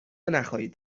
نخواهید